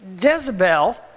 Jezebel